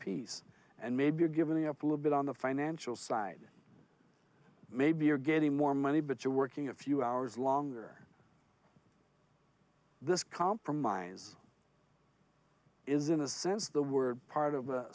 peace and maybe given up a little bit on the financial side maybe you're getting more money but you're working a few hours longer this compromise is in a sense the word part of